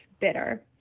bitter